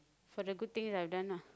for the good things that I have done ah